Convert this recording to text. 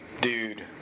dude